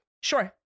Sure